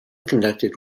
conducted